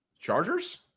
Chargers